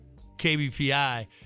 KBPI